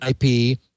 IP